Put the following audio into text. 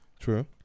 true